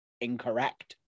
incorrect